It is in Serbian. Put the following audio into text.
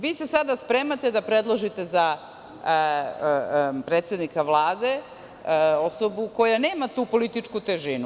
Vi se sada spremate da predložite za predsednika Vlade osobu koja nema tu političku težinu.